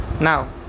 Now